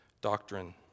doctrine